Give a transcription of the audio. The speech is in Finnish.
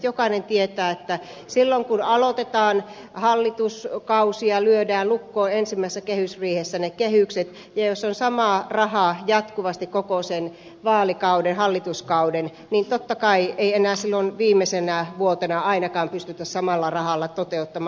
jokainen tietää että silloin kun aloitetaan hallituskausi ja lyödään lukkoon ensimmäisessä kehysriihessä ne kehykset ja jos on samaa rahaa jatkuvasti koko sen vaalikauden hallituskauden niin tietenkään ei enää silloin viimeisenä vuotena ainakaan pystytä samalla rahalla toteuttamaan